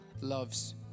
loves